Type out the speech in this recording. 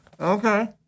Okay